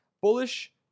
Bullish